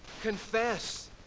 Confess